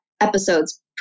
episodes